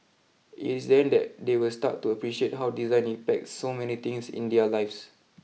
it is then that they will start to appreciate how design impacts so many things in their lives